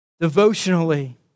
devotionally